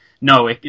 no